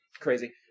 crazy